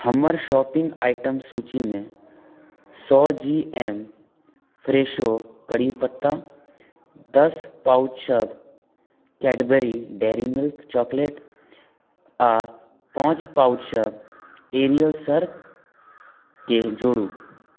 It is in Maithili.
हमर शॉपिङ्ग आइटम सूचीमे सओ जी एम फ्रेशो कढ़ी पत्ता दस पाउचसब कैडबरी डेअरी मिल्क चॉकलेट आओर पाँच पाउचसभ एरियल सर्फके जोड़ू